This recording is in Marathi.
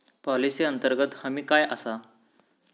पॉलिसी अंतर्गत हमी काय आसा?